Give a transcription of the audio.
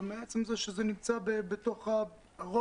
גם מעצם זה שזה נמצא בתוך הראש,